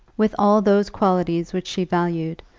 with all those qualities which she valued,